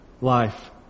life